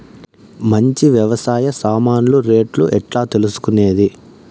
మంచి వ్యవసాయ సామాన్లు రేట్లు ఎట్లా తెలుసుకునేది?